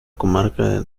comarca